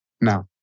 now